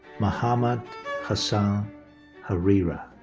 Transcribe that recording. muhammad hassan harirah.